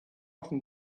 often